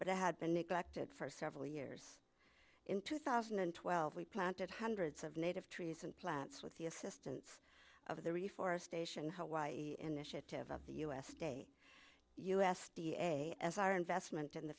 but it had been neglected for several years in two thousand and twelve we planted hundreds of native trees and plants with the assistance of the reforestation hawaii initiative of the us de u s d a as our investment in the